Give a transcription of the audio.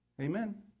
Amen